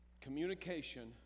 Communication